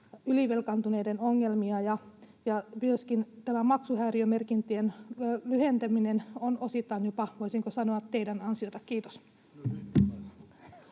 ylivelkaantuneiden ongelmia. Myöskin tämä maksuhäiriömerkintöjen lyhentäminen on osittain, voisinko sanoa, jopa teidän ansiotanne. — Kiitos.